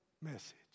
message